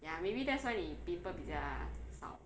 ya maybe that's why 你 pimple 比较少